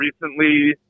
recently